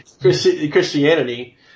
Christianity